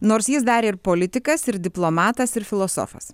nors jis dar ir politikas ir diplomatas ir filosofas